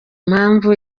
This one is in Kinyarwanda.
impamvu